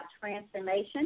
transformation